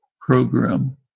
program